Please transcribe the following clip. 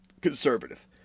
conservative